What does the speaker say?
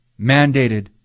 mandated